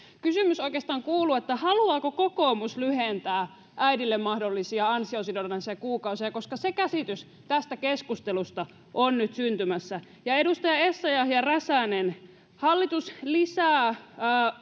kysymys oikeastaan kuuluu haluaako kokoomus lyhentää äidille mahdollisia ansiosidonnaisia kuukausia se käsitys tästä keskustelusta on nyt syntymässä ja edustajat essayah ja räsänen hallitus lisää